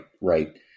right